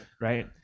right